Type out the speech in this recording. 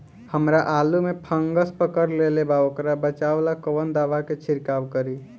हमरा आलू में फंगस पकड़ लेले बा वोकरा बचाव ला कवन दावा के छिरकाव करी?